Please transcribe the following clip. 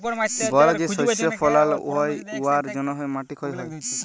বল যে শস্য ফলাল হ্যয় উয়ার জ্যনহে মাটি ক্ষয় হ্যয়